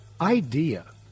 idea